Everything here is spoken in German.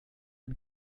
und